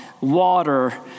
water